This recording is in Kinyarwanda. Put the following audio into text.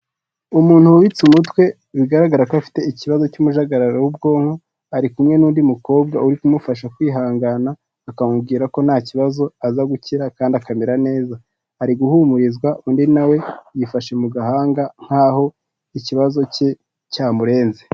Umuntu wubitse umutwe bigaragara ko afite ikibazo cy'umujagararo w'ubwonko ari kumwe n'undi mukobwa uri kumufasha kwihangana akamubwira ko nta kibazo aza gukira kandi akamera neza, ari guhumurizwa undi nawe yifashe mu gahanga nk'aho ikibazo cye cyamurenze.